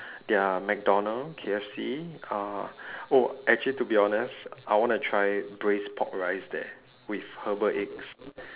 their mcdonald K_F_C uh oh actually to be honest I want to try braised pork rice there with herbal eggs